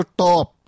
top